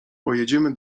pojedziemy